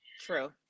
True